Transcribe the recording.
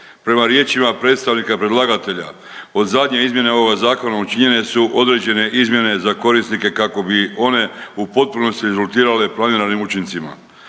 Prema riječima predstavnika predlagatelja od zadnje izmjene ovoga zakona učinjene su određene izmjene za korisnike kako bi one u potpunosti rezultirale planiranim učincima.